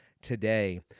Today